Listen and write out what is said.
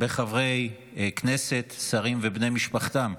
בחברי כנסת, שרים ובני משפחתם.